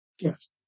Yes